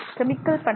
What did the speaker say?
chemical பண்புகள்